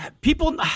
People –